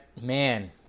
Man